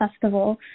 festival